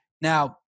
Now